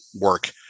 work